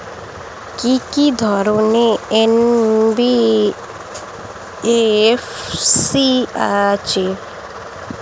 কি কি ধরনের এন.বি.এফ.সি আছে?